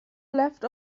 left